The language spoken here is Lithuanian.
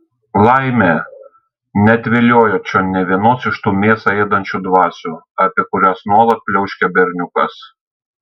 laimė neatviliojo čion nė vienos iš tų mėsą ėdančių dvasių apie kurias nuolat pliauškia berniukas